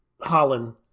Holland